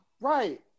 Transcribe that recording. Right